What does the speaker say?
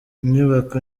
inyubako